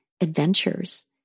adventures